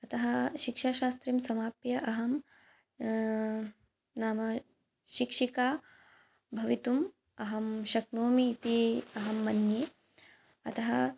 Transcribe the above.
अतः शिक्षाशास्त्रिं समाप्य अहं नाम शिक्षिका भवितुम् अहं शक्नोमि इति अहं मन्ये अतः